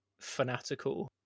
fanatical